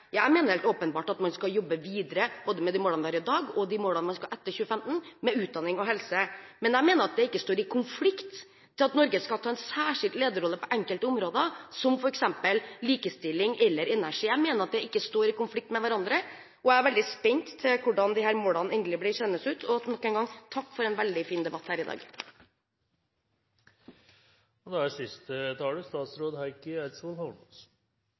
Jeg mener helt åpenbart at man skal jobbe videre både med de målene vi har i dag og med de målene man skal ha etter 2015 med utdanning og helse, men jeg mener at det ikke står i konflikt med at Norge skal ta en særskilt lederrolle på enkelte områder, som f.eks. likestilling eller energi. Jeg mener at det ikke står i konflikt med hverandre, og jeg er veldig spent på hvordan disse målene endelig blir seende ut. Nok en gang: Takk for en veldig fin debatt her i dag!